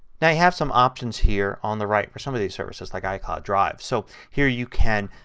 yeah you have some options here on the right for some of these services like icloud drive. so here you can